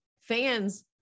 fans